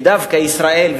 ודווקא ישראל.